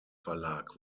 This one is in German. verlag